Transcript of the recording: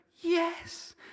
yes